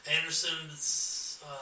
Anderson's